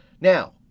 Now